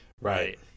Right